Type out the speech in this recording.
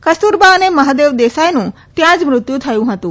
કસ્તુરબા અને મહાદેવ દેસાઈનું ત્યાં જ મૃત્યુ થયું હતું